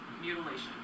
mutilation